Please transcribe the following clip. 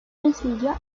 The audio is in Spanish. sencillo